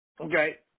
Okay